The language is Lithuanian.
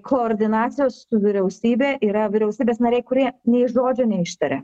koordinacijos su vyriausybe yra vyriausybės nariai kurie nei žodžio neištaria